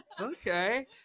okay